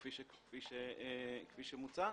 כפי שמוצע,